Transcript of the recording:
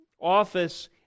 office